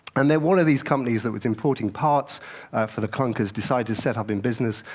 and then one of these companies that was importing parts for the clunkers decided to set up in business,